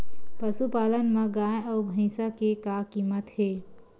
पशुपालन मा गाय अउ भंइसा के का कीमत हे?